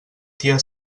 tia